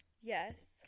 yes